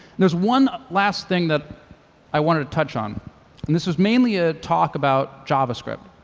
there's one last thing that i want to touch on, and this was mainly ah talk about javascript.